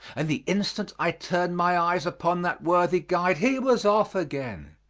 and the instant i turned my eyes upon that worthy guide he was off again.